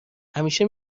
همیشه